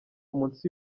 munsi